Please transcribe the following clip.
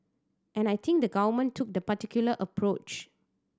and I think the Government took the particular approach